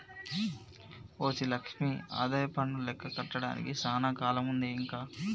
OC Lakshmi ఆదాయపన్ను లెక్క కట్టడానికి సానా కాలముందే ఇంక